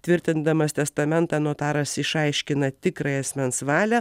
tvirtindamas testamentą notaras išaiškina tikrąją asmens valią